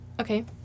Okay